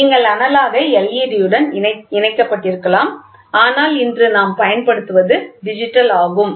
நீங்கள் அனலாக் ஐ led உடன் இணைக்கப்பட்டிருக்கலாம் ஆனால் இன்று நாம் பயன்படுத்துவது டிஜிட்டல் ஆகும்